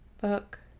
book